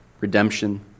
redemption